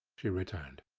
she returned.